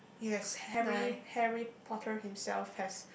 yes Harry Harry-Potter himself has